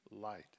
light